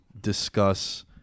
discuss